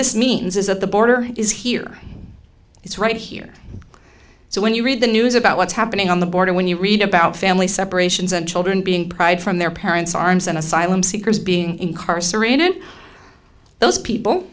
this means is that the border is here it's right here so when you read the news about what's happening on the border when you read about family separations and children being pride from their parents arms and asylum seekers being incarcerated those people